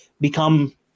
become